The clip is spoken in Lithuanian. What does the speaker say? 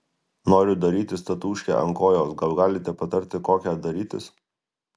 noriu darytis tatūškę ant kojos gal galite patarti kokią darytis